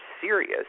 serious